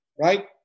right